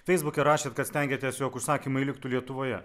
feisbuke rašėt kad stengiatės jog užsakymai liktų lietuvoje